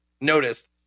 noticed